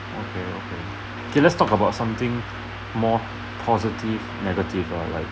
okay okay K let's talk about something more positive negative uh like